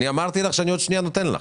אמרתי לך שבעוד רגע אתן לך.